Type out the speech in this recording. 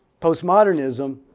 Postmodernism